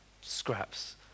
scraps